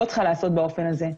לא צריכה להיעשות באופן הזה.